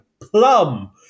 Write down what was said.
Plum